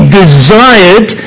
desired